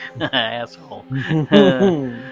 Asshole